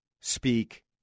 speak